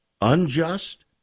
unjust